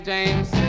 James